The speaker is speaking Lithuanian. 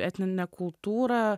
etninę kultūrą